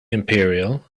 imperial